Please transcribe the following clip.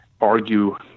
argue